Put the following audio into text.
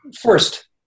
First